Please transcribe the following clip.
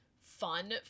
fun